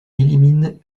élimine